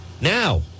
Now